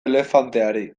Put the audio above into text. elefanteari